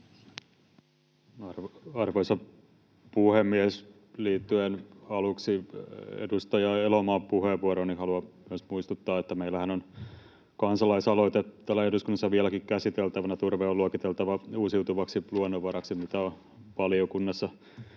Arvoisa puhemies! Liittyen aluksi edustaja Elomaan puheenvuoroon haluan myös muistuttaa, että meillähän on täällä eduskunnassa vieläkin käsiteltävänä kansalaisaloite ”Turve on luokiteltava uusiutuvaksi luonnonvaraksi”, mitä on valiokunnassa